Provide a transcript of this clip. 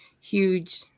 huge